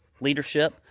leadership